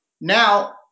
now